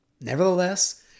Nevertheless